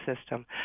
system